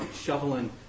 shoveling